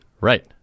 Right